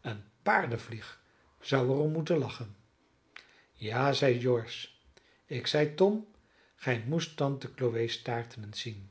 een paardenvlieg zou er om moeten lachen ja zeide george ik zei tom gij moest tante chloe's taarten eens zien